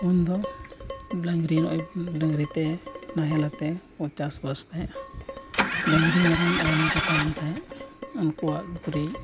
ᱩᱱ ᱫᱚ ᱰᱟᱹᱝᱨᱤ ᱱᱚᱜᱼᱚᱸᱭ ᱰᱟᱹᱝᱨᱤᱛᱮ ᱱᱟᱦᱮᱞ ᱟᱛᱮ ᱵᱚ ᱪᱟᱥᱵᱟᱥ ᱛᱟᱦᱮᱸᱜᱼᱟ ᱰᱟᱹᱝᱨᱤ ᱢᱮᱨᱚᱢ ᱟᱭᱢᱟ ᱠᱚ ᱛᱟᱦᱮᱸᱫ ᱩᱱᱠᱩᱣᱟᱜ ᱜᱩᱨᱤᱡ